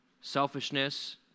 selfishness